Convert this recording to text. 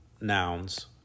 nouns